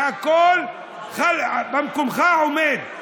והכול במקומו עומד.